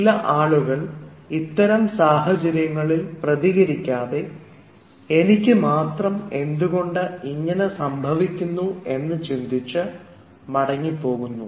ചില ആളുകൾ ഇത്തരം സാഹചര്യങ്ങളിൽ പ്രതികരിക്കാതെ എനിക്ക് മാത്രം എന്തുകൊണ്ട് ഇങ്ങനെ സംഭവിക്കുന്നു എന്ന് ചിന്തിച്ച് മടങ്ങിപ്പോകും